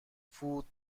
فود